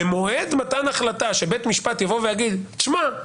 במועד מתן החלטה שבית משפט יבוא ויגיד, שמע,